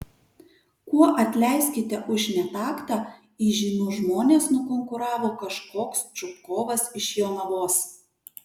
kuo atleiskite už netaktą įžymius žmones nukonkuravo kažkoks čupkovas iš jonavos